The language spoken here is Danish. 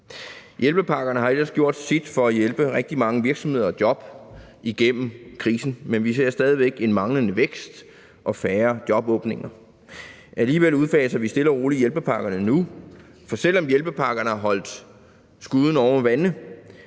Hjælpepakkerne har ellers gjort sit for at hjælpe rigtig mange virksomheder og job igennem krisen, men vi ser stadig væk en manglende vækst og færre jobåbninger. Alligevel udfaser vi stille og roligt hjælpepakkerne nu, for selv om hjælpepakkerne har holdt skuden oven vande,